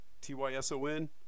T-Y-S-O-N